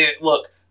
Look